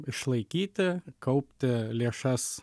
išlaikyti kaupti lėšas